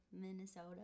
Minnesota